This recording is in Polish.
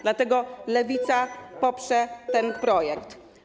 Dlatego Lewica poprze ten projekt.